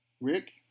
Rick